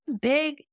big